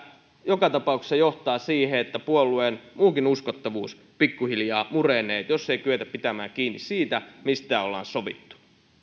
joka tapauksessa johtaa siihen että puolueen muukin uskottavuus pikkuhiljaa murenee jos ei kyetä pitämään kiinni siitä mistä ollaan sovittu